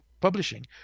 publishing